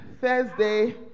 Thursday